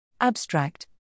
Abstract